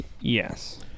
Yes